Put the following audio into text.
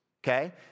Okay